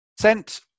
sent